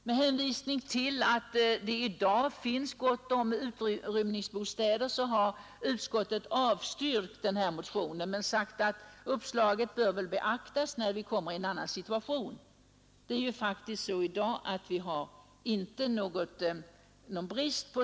Med hänsyn till att det i dag finns gott om utrymningsbostäder har utskottet avstyrkt motionen men samtidigt sagt, att uppslaget bör beaktas, om en annan situation skulle uppstå.